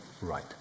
Right